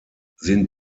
sind